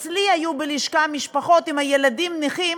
היו אצלי בלשכה משפחות עם ילדים נכים,